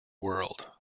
world